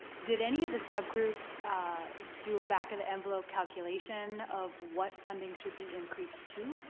did any of the subgroups do a back of the envelope calculation of what funding should be increased to?